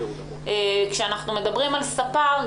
כשאנחנו מדברים על ספר,